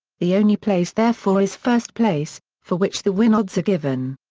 the only place therefore is first place, for which the win odds are given.